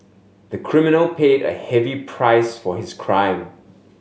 the criminal paid a heavy price for his crime